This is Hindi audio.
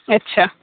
अच्छा